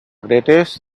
greatest